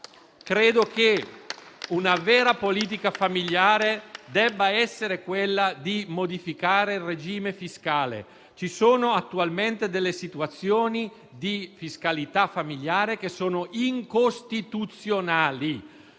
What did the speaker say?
Credo che una vera politica familiare debba modificare il regime fiscale. Attualmente ci sono delle situazioni di fiscalità familiare che sono incostituzionali.